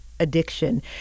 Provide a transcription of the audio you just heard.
addiction